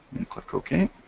and click ok.